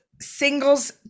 singles